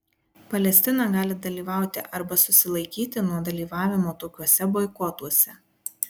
palestina gali dalyvauti arba susilaikyti nuo dalyvavimo tokiuose boikotuose